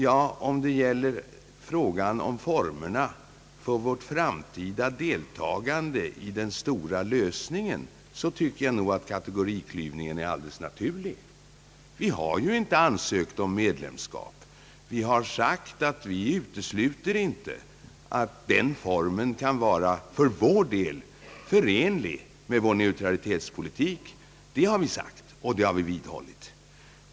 Ja, om det gäller frågan om formerna för vårt framtida deltagande i den stora Jlösningen, tycker jag att kategoriklyvningen är alldeles naturlig. Vi har inte ansökt om medlemskap. Vi har sagt att vi inte utesluter att den formen för vår del kan vara förenlig med vår neutralitetspolitik. Det har vi sagt och det har vi vidhållit.